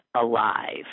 alive